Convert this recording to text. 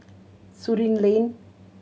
Surin Lane